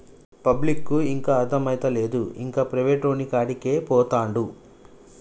పబ్లిక్కు ఇంకా అర్థమైతలేదు, ఇంకా ప్రైవేటోనికాడికే పోతండు